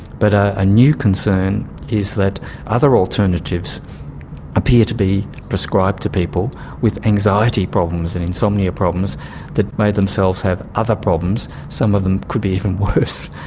but a ah new concern is that other alternatives appear to be prescribed to people with anxiety problems and insomnia problems that may themselves have other problems, some of them could be even worse.